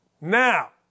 Now